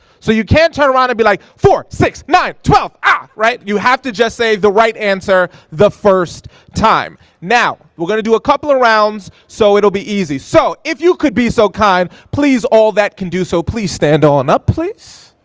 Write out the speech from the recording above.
so you can't turn around and be like, four, six, nine, twelve, ah! right, you have to just say the right answer the first time. now, we're gonna do a couple of rounds so it'll be easy. so if you could be so kind, please all that can do so, please stand on up please.